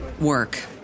work